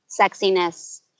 sexiness